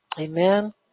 Amen